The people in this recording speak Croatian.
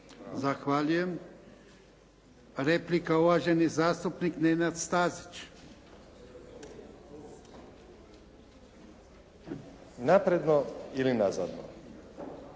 Zahvaljujem. Replika uvaženi zastupnik Nenad Stazić. **Stazić, Nenad